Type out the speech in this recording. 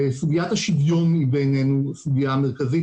סוגיית השוויון היא בעינינו הסוגיה המרכזית,